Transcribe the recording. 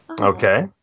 Okay